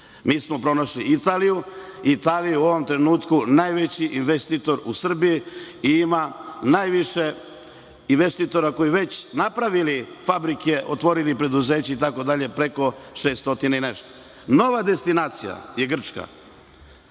Srbija. Pronašli smo Italiju. Italija je u ovom trenutku najveći investitor u Srbiji i ima najviše investitora koji su već napravili fabrike, otvorili preduzeća, preko 600 i nešto. Nova destinacija je Grčka.